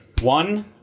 one